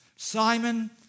Simon